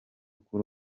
kuri